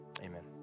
amen